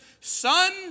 son